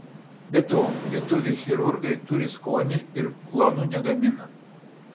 be to lietuviai chirurgai turi skonį ir klonų negamina